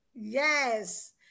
Yes